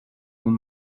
nun